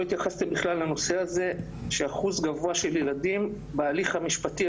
התייחסתם בכלל לנושא הזה שאחוז גבוה של ילדים בהליך המשפטי